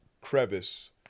crevice